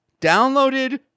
downloaded